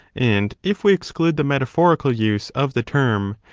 and if we exclude the metaphorical use of the term,